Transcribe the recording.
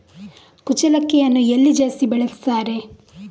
ಕುಚ್ಚಲಕ್ಕಿಯನ್ನು ಎಲ್ಲಿ ಜಾಸ್ತಿ ಬೆಳೆಸ್ತಾರೆ?